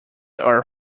are